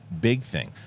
BIGTHING